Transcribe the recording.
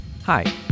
Hi